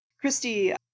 Christy